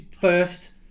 first